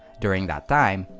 during that time,